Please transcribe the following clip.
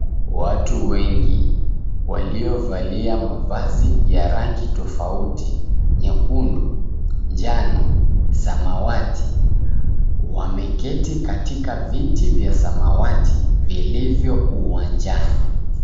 Watu wengi waliovalia mavazi ya rangi tofauti nyekundu, njano, samawati, wameketi katika viti vya samawati vilivyo uwanjani.